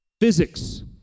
Physics